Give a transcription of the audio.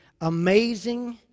amazing